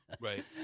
Right